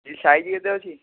size କେତେ ଅଛି